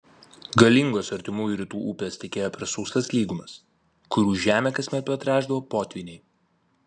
galingos artimųjų rytų upės tekėjo per sausas lygumas kurių žemę kasmet patręšdavo potvyniai